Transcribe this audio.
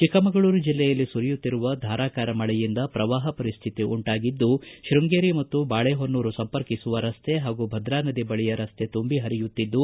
ಚಿಕ್ಕಮಗಳೂರು ಜಿಲ್ಲೆಯಲ್ಲಿ ಸುರಿಯುತ್ತಿರುವ ಧಾರಾಕಾರ ಮಳೆಯಿಂದ ಪ್ರವಾಹ ಪರಿಸ್ತಿತಿ ಉಂಟಾಗಿದ್ದು ಶೃಂಗೇರಿ ಮತ್ತು ಬಾಳೆಹೊನ್ನೂರು ಸಂಪರ್ಕಿಸುವ ರಸ್ತೆ ಹಾಗೂ ಭದ್ರಾ ನದಿ ಬಳಿಯ ರಸ್ತೆ ತುಂಬಿ ಹರಿಯುತ್ತಿದ್ದು